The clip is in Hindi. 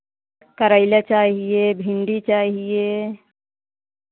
करैला चाहिये भिण्डी चाहिये